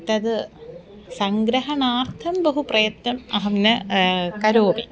तद् सङ्ग्रहणार्थं बहु प्रयत्नम् अहं न करोमि